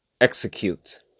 Execute